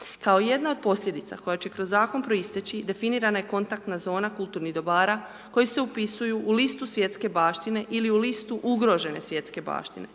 Kao jedna od posljedica koja će kroz zakon proisteći definirana je kontaktna zona kulturnih dobara koji se upisuju u listu svjetske baštine ili u listu ugrožene svjetske baštine.